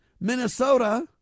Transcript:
Minnesota